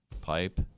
Pipe